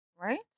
Right